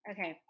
Okay